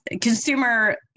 consumer